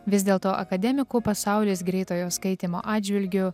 vis dėlto akademikų pasaulis greitojo skaitymo atžvilgiu